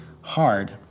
hard